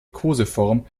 koseform